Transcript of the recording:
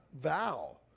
vow